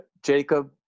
Jacob